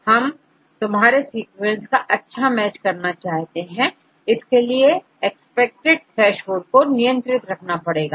हम तुम्हारे सीक्वेंस का अच्छा मैच करना चाहते हैं इसके लिए एक्सपेक्टेड थ्रेशहोल्ड को नियंत्रित रखना पड़ेगा